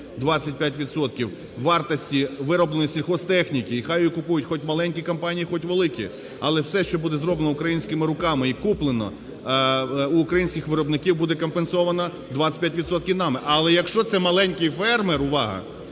– вартості виробленої сільгосптехніки. І хай її купують хоч маленькі компанії, хоч великі, але все, що буде зроблено українськими руками і куплено в українських виробників, буде компенсовано 25 відсотків нами. Але якщо це маленький фермер, увага,